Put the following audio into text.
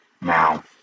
Now